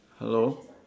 hello